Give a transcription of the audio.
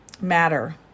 matter